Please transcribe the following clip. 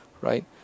right